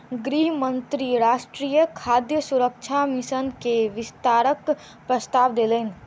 गृह मंत्री राष्ट्रीय खाद्य सुरक्षा मिशन के विस्तारक प्रस्ताव देलैन